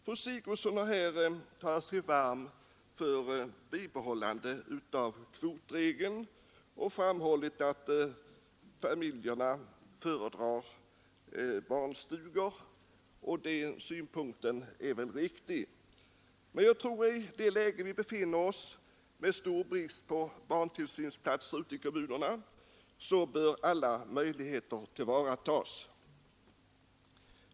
Fru Sigurdsen har talat sig varm för bibehållande av kvotregeln och framhållit att familjerna föredrar barnstugor, och den synpunkten är väl riktig. Men i det rådande läget med stor brist på barntillsynsplatser ute i kommunerna bör alla möjligheter tillvaratas.